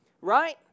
Right